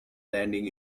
landing